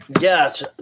Yes